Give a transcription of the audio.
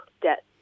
debt